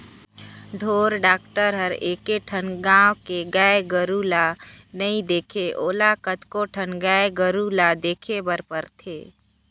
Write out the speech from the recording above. ढोर डॉक्टर हर एके ठन गाँव के गाय गोरु ल नइ देखे ओला कतको ठन गाय गोरु ल देखे बर परथे